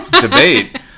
debate